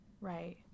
Right